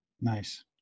nice